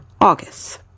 August